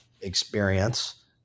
experience